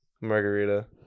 margarita